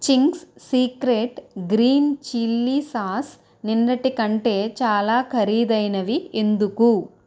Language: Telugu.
Ching's secret green chilli sauce నిన్నటి కంటే చాలా ఖరీదైనవి ఎందుకు